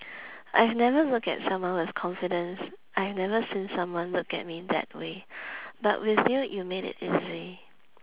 I've never looked at someone with confidence I've never seen someone look at me that way but with you you made it easy